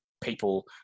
people